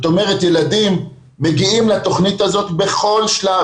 זאת אומרת שילדים מגיעים לתוכנית הזו בכל שלב,